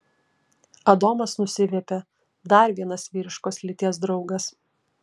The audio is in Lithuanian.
adomas nusiviepė dar vienas vyriškos lyties draugas